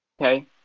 okay